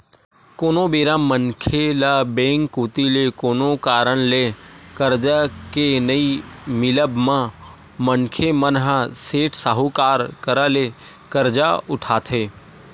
कोनो बेरा मनखे ल बेंक कोती ले कोनो कारन ले करजा के नइ मिलब म मनखे मन ह सेठ, साहूकार करा ले करजा उठाथे